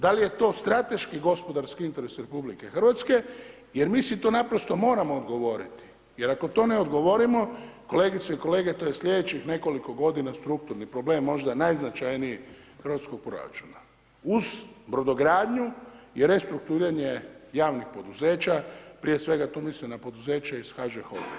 Da li je to strateški gospodarski interes RH jer mi si to naprosto moramo odgovoriti, jer ako to ne odgovorimo, kolegice i kolege, to je slijedećih nekoliko godina strukturni problem, možda najznačajniji hrvatskog proračuna uz brodogradnju i restrukturiranje javnih poduzeća, prije svega tu mislim na poduzeće iz HŽ holdinga.